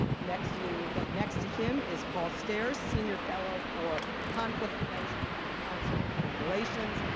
next to ah next to him is paul stares, senior fellow for conflict prevention at the council of foreign relations,